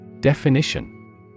Definition